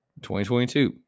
2022